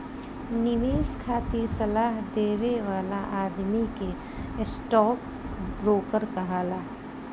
निवेश खातिर सलाह देवे वाला आदमी के स्टॉक ब्रोकर कहाला